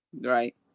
right